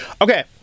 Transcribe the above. Okay